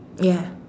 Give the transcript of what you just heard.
ya